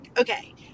Okay